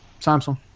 Samsung